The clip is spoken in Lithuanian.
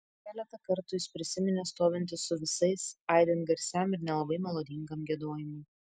keletą kartų jis prisiminė stovintis su visais aidint garsiam ir nelabai melodingam giedojimui